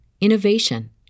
innovation